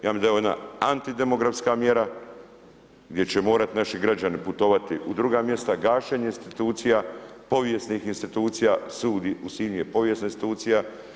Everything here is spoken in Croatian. Ja mislim da je ovo jedna antidemografska mjera gdje će morati naši građani putovati u druga mjesta, gašenje institucija, povijesnih institucija, Sud u Sinju je povijesna institucija.